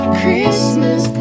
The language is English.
christmas